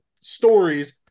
stories